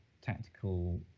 tactical